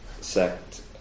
sect